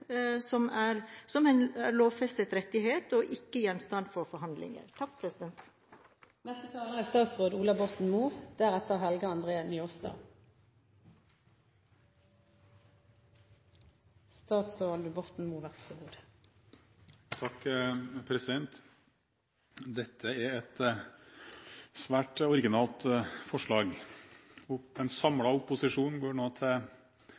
inntekt – som en lovfestet rettighet og ikke gjenstand for forhandlinger. Dette er et svært originalt forslag. En samlet opposisjon går nå til